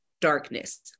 darkness